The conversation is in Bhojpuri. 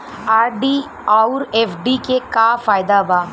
आर.डी आउर एफ.डी के का फायदा बा?